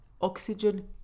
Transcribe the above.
Oxygen